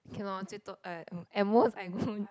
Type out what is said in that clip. cannot ah at most I go